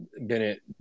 Bennett